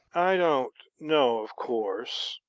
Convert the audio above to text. i don't know, of course,